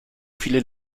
viele